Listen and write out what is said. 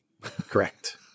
Correct